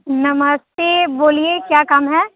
नमस्ते बोलिए क्या काम है